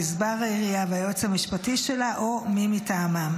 גזבר העירייה והיועץ המשפטי שלה או מי מטעמם,